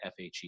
FHE